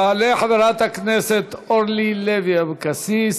תעלה חברת הכנסת אורלי לוי אבקסיס,